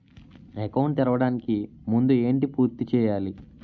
Account తెరవడానికి ముందు ఏంటి పూర్తి చేయాలి?